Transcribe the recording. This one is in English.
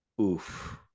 Oof